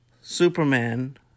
Superman